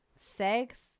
sex